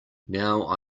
now